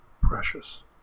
precious